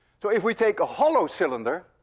so if we take a hollow cylinder,